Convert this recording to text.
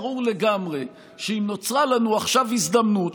ברור לגמרי שאם נוצרה לנו עכשיו הזדמנות,